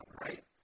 right